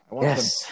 Yes